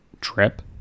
trip